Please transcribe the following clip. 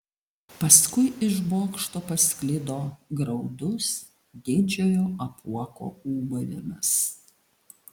paskui iš bokšto pasklido graudus didžiojo apuoko ūbavimas